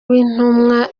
w’intumwa